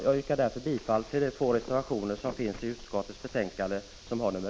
Jag yrkar bifall till de två reservationerna 1 och 3 i utskottets betänkande.